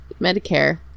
medicare